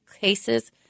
cases